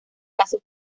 casos